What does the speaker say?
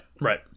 right